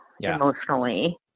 emotionally